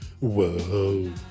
Whoa